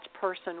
person